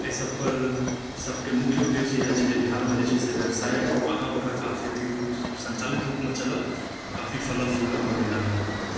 ई सबपर सबकेँ मुख्य उद्देश्य इएह छै जे बिहारमे जे छै से व्यवसाय आगाँ बढ़ै काफी अथी रूपसँ सञ्चालित रूपमे चलए आओर काफी फलए फुले हमर बिहारमे